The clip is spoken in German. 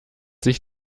sich